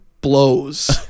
blows